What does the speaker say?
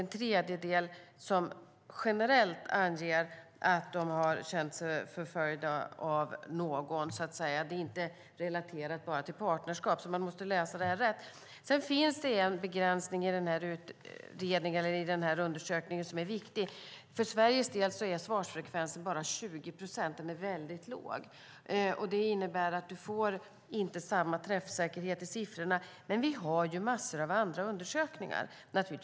En tredjedel anger generellt att de har känt sig förföljda av någon, det vill säga inte relaterat bara till partnerskap. Man måste läsa undersökningen på ett riktigt sätt. Det finns en viktig begränsning i undersökningen. För Sveriges del är svarsfrekvensen bara 20 procent - den är låg. Det innebär att du inte får samma träffsäkerhet i siffrorna, men vi har en massa andra undersökningar.